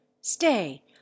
stay